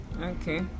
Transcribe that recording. Okay